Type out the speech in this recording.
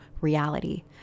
reality